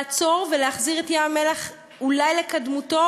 לעצור ולהחזיר את ים-המלח אולי לקדמותו,